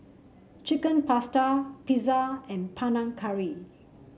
Chicken Pasta Pizza and Panang Curry